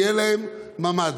יהיה להם ממ"ד.